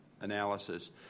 analysis